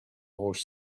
porch